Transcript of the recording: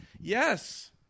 yes